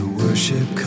worship